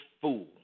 fool